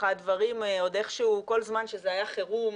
כל זמן שזה היה חירום,